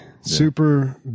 Super